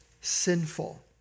sinful